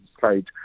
side